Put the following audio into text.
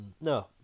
no